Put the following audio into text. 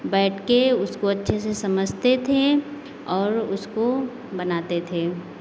बैठ के उसको अच्छे से समझते थे और उसको बनाते थे